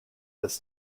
this